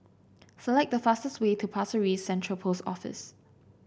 select the fastest way to Pasir Ris Central Post Office